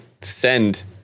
Send